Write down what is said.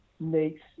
makes